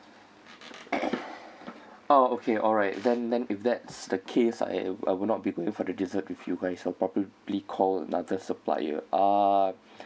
oh okay alright then then if that's the case I will not be going for the dessert with you guys I'll probably call another supplier uh